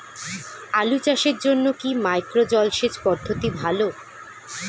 আলু চাষের জন্য কি মাইক্রো জলসেচ পদ্ধতি ভালো?